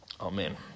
Amen